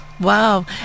wow